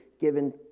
given